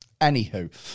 Anywho